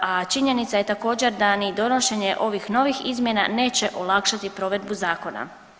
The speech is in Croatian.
A činjenica je također da ni donošenje ovih novih izmjena neće olakšati provedbu zakona.